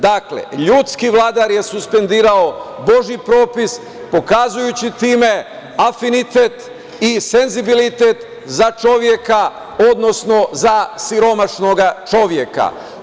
Dakle, ljudski vladar je suspendovao božji propis pokazujući time afinitet i senzibilitet za čoveka, odnosno za siromašnog čoveka.